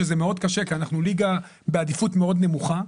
שזה מאוד קשה כי אנחנו ליגה בעדיפות מאוד נמוכה,